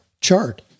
chart